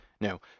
Now